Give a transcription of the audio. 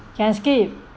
can skip